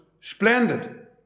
splendid